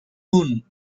moon